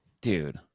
Dude